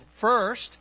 First